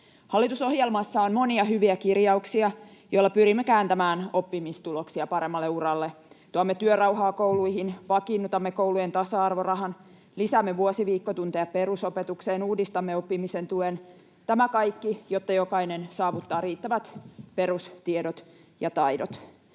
Hallitusohjelmassa on monia hyviä kirjauksia, joilla pyrimme kääntämään oppimistuloksia paremmalle uralle. Tuomme työrauhaa kouluihin, vakiinnutamme koulujen tasa-arvorahan, lisäämme vuosiviikkotunteja perusopetukseen, uudistamme oppimisen tuen — tämä kaikki, jotta jokainen saavuttaa riittävät perustiedot ja -taidot.